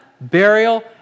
burial